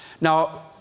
Now